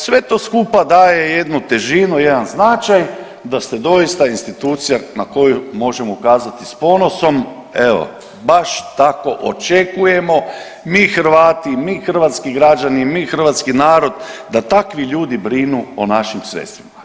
Sve to skupa daje jednu težinu, jedan značaj da ste doista institucija na koju možemo ukazati sa ponosom, evo baš tako očekujemo mi Hrvati, mi hrvatski građani, mi hrvatski narod, da takvi ljudi brinu o našim sredstvima.